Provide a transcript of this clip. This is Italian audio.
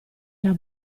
era